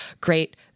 great